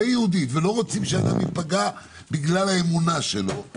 לא רוצים שאדם ייפגע בגלל האמונה שלו.